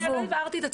לא הבהרתי את עצמי.